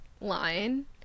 line